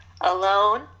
Alone